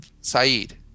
Saeed